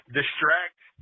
distract